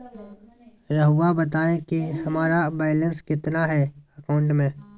रहुआ बताएं कि हमारा बैलेंस कितना है अकाउंट में?